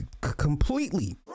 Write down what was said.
Completely